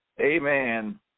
amen